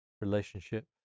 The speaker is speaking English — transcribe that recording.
relationship